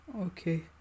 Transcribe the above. Okay